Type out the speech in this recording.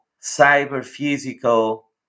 cyber-physical